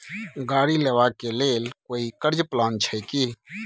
गाड़ी लेबा के लेल कोई कर्ज प्लान छै की?